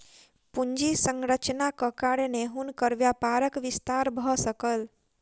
पूंजी संरचनाक कारणेँ हुनकर व्यापारक विस्तार भ सकल